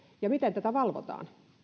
ja miten tätä valvotaan